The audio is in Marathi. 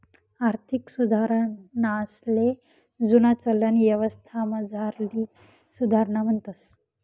आर्थिक सुधारणासले जुना चलन यवस्थामझारली सुधारणा म्हणतंस